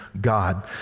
God